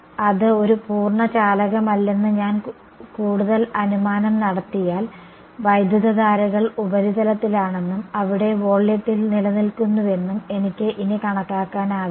അത് ഒരു പൂർണ്ണ ചാലകമല്ലെന്ന് ഞാൻ കൂടുതൽ അനുമാനം നടത്തിയാൽ വൈദ്യുതധാരകൾ ഉപരിതലത്തിലാണെന്നും അവിടെ വോള്യത്തിൽ നിലനിൽക്കുന്നുവെന്നും എനിക്ക് ഇനി കണക്കാക്കാനാവില്ല